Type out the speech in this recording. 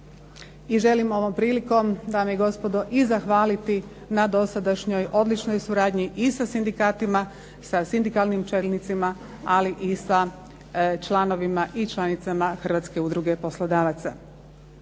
I želim ovom prilikom, dame i gospodo i zahvaliti na dosadašnjoj odličnoj suradnji i sa sindikatima, sa sindikalnim čelnicima ali i sa članovima i članicama Hrvatske udruge poslodavaca.